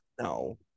no